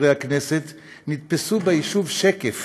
חברי הכנסת, נתפסו ביישוב שקף